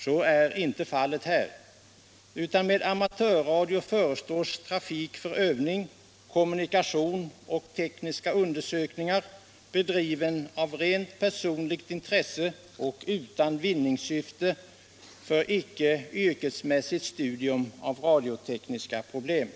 Så är inte fallet här, utan ”med amatörradio förstås trafik för övning, kommunikation och tekniska undersökningar, bedriven av rent personligt intresse och utan vinningssyfte, för icke yrkesmässigt studium av radiotekniska problem”.